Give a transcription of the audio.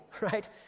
right